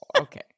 Okay